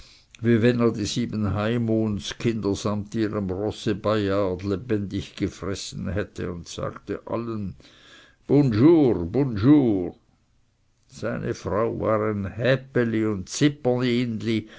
wie wenn er die sieben haimonskinder samt ihrem rosse bayard lebendig gefressen hätte und sagte allem bunschur bunschur seine frau war ein häpeli und